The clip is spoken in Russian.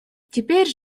теперь